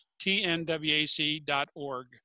tnwac.org